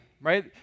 right